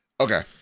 Okay